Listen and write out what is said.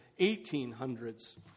1800s